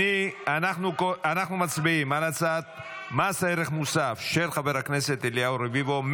אנחנו מצביעים על הצעת מס ערך מוסף של חבר הכנסת אליהו רביבו.